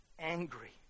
angry